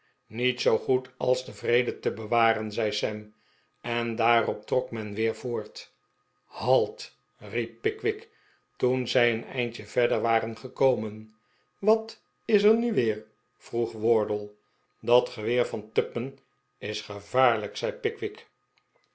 niets zoo goed als den vrede te be waren zei sam en daarop trok men weer voort halt riep pickwick toen zij een eindje verder waren gekomen wat is er nu weer vroeg wardle dat geweer van tupman is gevaarlijk zei pickwick